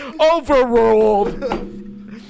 Overruled